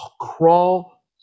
crawl